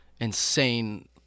insane